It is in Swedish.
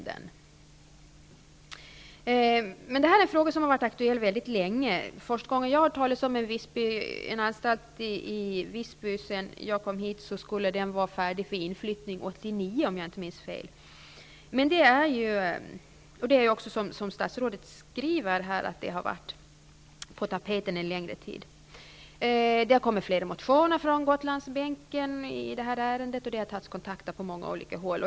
Detta är en fråga som har varit aktuell mycket länge. Den första gången jag efter det att jag kommit hit hörde talas om en anstalt i Visby sades det, om jag inte minns fel, att den skulle vara färdig för inflyttning 1989. Statsrådet skriver ju också själv att frågan har varit på tapeten under en längre tid. Det har väckts flera motioner i det här ärendet av ledamöter på Gotlandsbänken, och det har tagits kontakter på många olika håll.